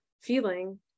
feeling